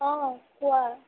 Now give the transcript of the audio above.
অঁ কোৱা